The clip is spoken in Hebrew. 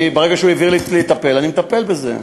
מהרגע שהוא העביר לי לטפל אני מטפל בזה.